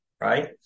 Right